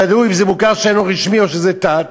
תלוי אם זה מוכר שאינו רשמי או שזה ת"ת,